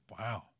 Wow